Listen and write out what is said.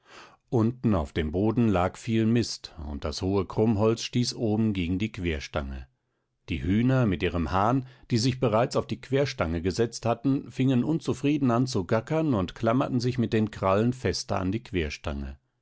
unten auf dem boden lag viel mist und das hohe krummholz stieß oben gegen die querstange die hühner mit ihrem hahn die sich bereits auf die querstange gesetzt hatten fingen unzufrieden an zu gackern und klammerten sich mit den krallen fester an die querstange